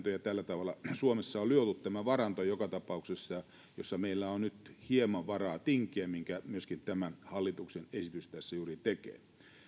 tällä tavalla suomessa on luotu joka tapauksessa tämä varanto josta meillä on nyt hieman varaa tinkiä minkä myöskin tämä hallituksen esitys tässä juuri tekee